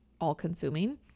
all-consuming